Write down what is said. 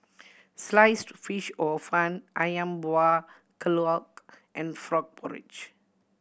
Sliced Fish Hor Fun Ayam Buah Keluak and frog porridge